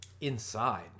inside